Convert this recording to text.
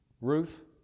Ruth